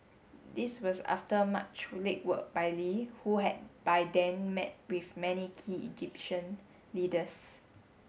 this was after much legwork by Lee who had by then met with many key Egyptian leaders